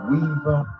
Weaver